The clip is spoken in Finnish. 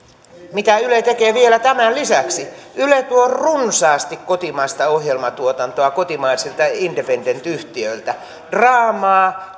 mitä yle tekee vielä tämän lisäksi yle tuo runsaasti kotimaista ohjelmatuotantoa kotimaisilta independent yhtiöiltä draamaa